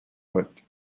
foot